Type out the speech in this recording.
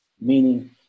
meaning